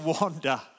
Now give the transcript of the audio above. wander